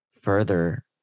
further